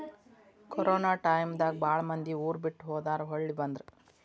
corona time ದಾಗ ಬಾಳ ಮಂದಿ ಊರ ಬಿಟ್ಟ ಹೊದಾರ ಹೊಳ್ಳಿ ಬಂದ್ರ